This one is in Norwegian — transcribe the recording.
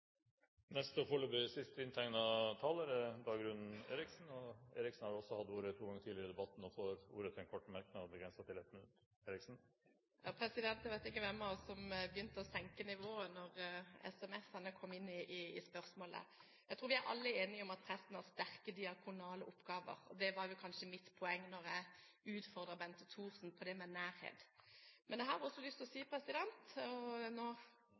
Eriksen har hatt ordet to ganger og får ordet til en kort merknad, begrenset til 1 minutt. Jeg vet ikke hvem av oss som begynte å senke nivået da SMS-ene kom inn i bildet. Jeg tror vi alle er enige om at presten har sterke diakonale oppgaver, og det var vel kanskje mitt poeng da jeg utfordret Bente Thorsen på nærhet. Men jeg har også lyst til – nå kan dessverre ikke representanten svare – å utfordre denne salen på noen formelle realiteter i saken, nemlig om en ensidig kan si